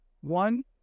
One